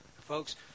Folks